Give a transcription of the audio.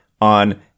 on